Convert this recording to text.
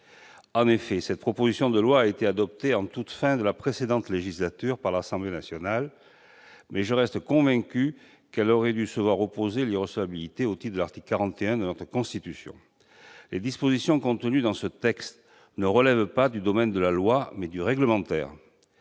En effet, cette proposition de loi a été adoptée en toute fin de la précédente législature par l'Assemblée nationale, mais je reste convaincu qu'elle aurait dû se voir opposer l'irrecevabilité au titre de l'article 41 de notre Constitution. Les dispositions contenues dans ce texte ne relèvent pas du domaine de la loi, mais du domaine réglementaire